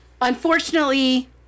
Unfortunately